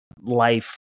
life